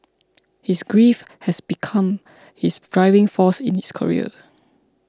his grief had become his driving force in his career